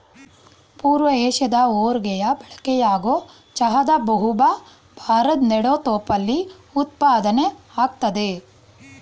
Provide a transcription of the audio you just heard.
ಪೂರ್ವ ಏಷ್ಯಾದ ಹೊರ್ಗೆ ಬಳಕೆಯಾಗೊ ಚಹಾದ ಬಹುಭಾ ಭಾರದ್ ನೆಡುತೋಪಲ್ಲಿ ಉತ್ಪಾದ್ನೆ ಆಗ್ತದೆ